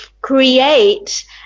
create